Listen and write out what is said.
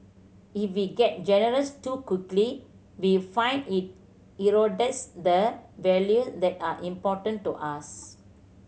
if we get generous too quickly we find it erodes the values that are important to us